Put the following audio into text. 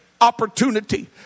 opportunity